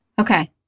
Okay